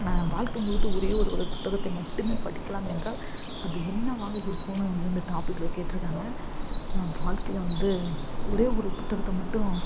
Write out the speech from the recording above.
வாழ்க்கை முழுவதும் ஒரே ஒரு வகை புத்தகத்தை மட்டுமே படிக்கலாம் என்றால் அது என்னவாக இருக்குதுன்னு இந்த டாப்பிக்ல கேட்டிருக்காங்க வாழ்க்கையில வந்து ஒரே ஒரு புத்தகத்தை மட்டும்